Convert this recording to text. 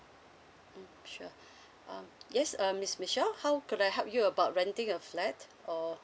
sure uh yes um miss Michelle how could I help you about renting a flat or